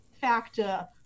factor